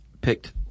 picked